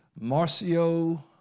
Marcio